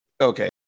okay